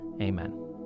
Amen